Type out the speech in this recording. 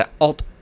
alt